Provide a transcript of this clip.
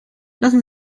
lassen